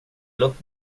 låt